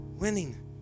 Winning